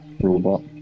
Robot